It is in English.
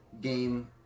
Game